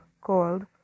called